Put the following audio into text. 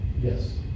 Yes